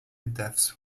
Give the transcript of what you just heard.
deaths